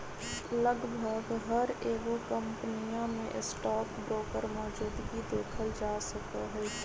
लगभग हर एगो कम्पनीया में स्टाक ब्रोकर मौजूदगी देखल जा सका हई